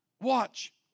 Watch